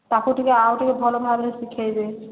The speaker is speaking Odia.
ତାକୁ ଟିକେ ଆଉ ଟିକେ ଭଲ୍ ଭାବରେ ଶିଖାଇବେ